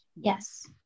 Yes